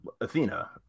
Athena